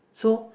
so